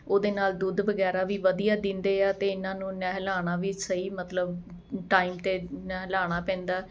ਉਹਦੇ ਨਾਲ ਦੁੱਧ ਵਗੈਰਾ ਵੀ ਵਧੀਆ ਦਿੰਦੇ ਆ ਅਤੇ ਇਹਨਾਂ ਨੂੰ ਨਹਿਲਾਣਾ ਵੀ ਸਹੀ ਮਤਲਬ ਟਾਈਮ 'ਤੇ ਨਹਿਲਾਉਣਾ ਪੈਂਦਾ